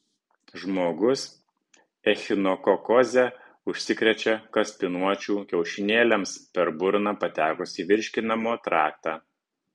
žmogus echinokokoze užsikrečia kaspinuočių kiaušinėliams per burną patekus į virškinimo traktą